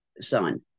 son